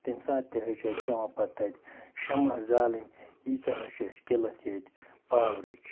تمہِ ساتہٕ تہِ حظ چھِ اَسہِ پیٚوان پَتہٕ تَتہِ شَمَع زالٕنۍ ییٖژاہ حظ چھِ اَسہِ کِلَتھ ییٚتہِ پاورٕچ